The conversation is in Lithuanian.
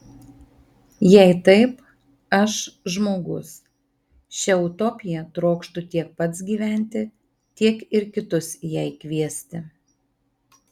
jei taip aš žmogus šia utopija trokštu tiek pats gyventi tiek ir kitus jai kviesti